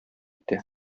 итә